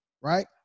right